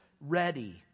ready